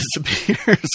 disappears